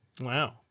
Wow